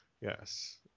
Yes